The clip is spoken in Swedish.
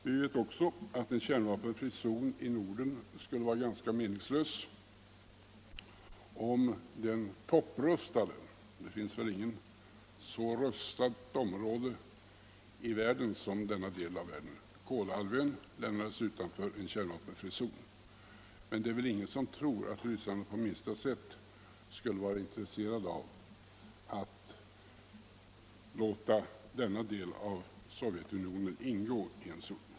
Vi vet också att en kärnvapenfri zon i Norden skulle vara ganska meningslös, om den topprustade — det finns väl inget annat så rustat område i denna del av världen — Kolahalvön lämnades utanför en kärnvapenfri zon. Men det är väl ingen som tror att ryssarna på minsta sätt skulle vara intresserade av att låta den delen av Sovjetunionen ingå i en zon av detta slag.